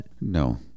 no